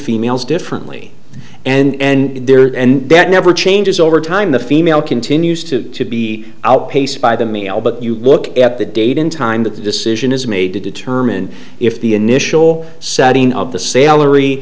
females differently and there and that never changes over time the female continues to be outpaced by the male but you look at the date in time that the decision is made to determine if the initial setting of the salary